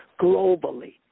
globally